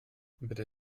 bitte